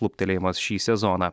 kluptelėjimas šį sezoną